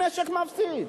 המשק מפסיד.